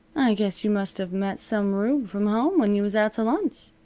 i guess you must of met some rube from home when you was out t' lunch.